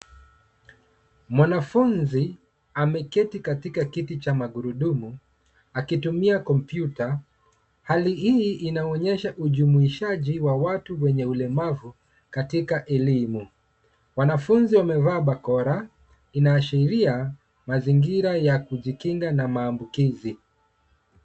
Mwanafunzi ameketi katika kiti cha magurudumu akitumia kompyuta. Hali hii inaonyesha ujumuishaji wa watu wenye ulemavu katika elimu. Wanafunzi wamevaa barakoa, inaasharia mazingira ya kujikinga na maambukizi.